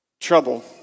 trouble